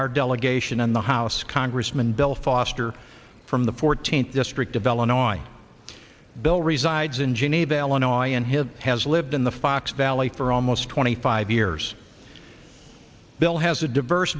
our delegation in the house congressman bill foster from the fourteenth district a bell annoys bill resides engine a bail annoy and his has lived in the fox valley for almost twenty five years bill has a diverse